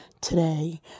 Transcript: today